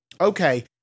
okay